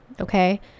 okay